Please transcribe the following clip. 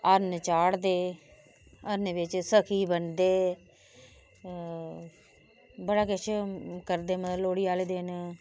हरन चाढ़दे हरने च सखी बनदे बड़ा किश करदे मतलब लोह्ड़ी आहले दिन